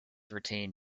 retain